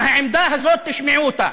מהעמדה הזאת תשמעו אותה,